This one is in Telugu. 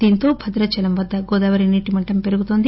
దీంతో భద్రాచలం వద్ద గోదావరి నీటి మట్టం పెరుగుతోంది